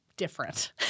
Different